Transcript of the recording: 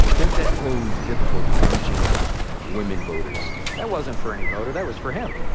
does that pose difficulty in reaching women voters? that wasn't for any voter. that was for him.